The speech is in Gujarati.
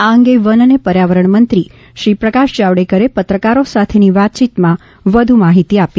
આ અંગે વન અને પર્યાવરણ મંત્રી શ્રી પ્રકાશ જાવડેકરે પત્રકારો સાથેની વાતચીતમાં વધુ માહિતી આપી